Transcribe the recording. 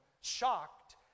shocked